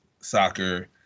soccer